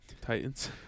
Titans